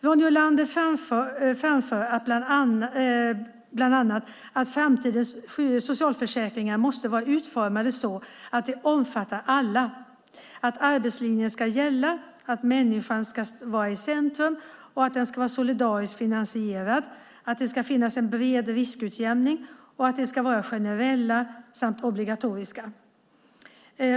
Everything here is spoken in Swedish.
Ronny Olander framför bland annat att framtidens socialförsäkringar måste vara utformade så att de omfattar alla, att arbetslinjen ska gälla, att människan ska vara i centrum, att de ska vara solidariskt finansierade, att det ska finnas en bred riskutjämning och att de ska vara generella samt obligatoriska.